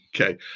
Okay